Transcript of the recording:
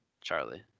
Charlie